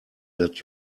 that